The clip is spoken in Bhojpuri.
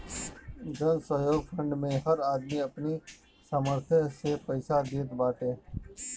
जनसहयोग फंड मे हर आदमी अपनी सामर्थ्य से पईसा देत बाटे